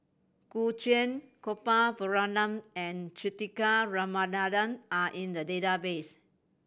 Gu Juan Gopal Baratham and Juthika Ramanathan are in the database